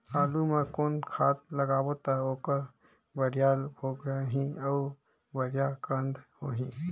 आलू मा कौन खाद लगाबो ता ओहार बेडिया भोगही अउ बेडिया कन्द होही?